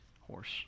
horse